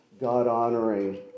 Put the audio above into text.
God-honoring